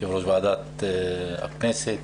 יושב-ראש ועדת הכנסת,